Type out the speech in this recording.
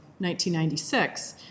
1996